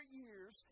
years